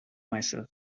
myself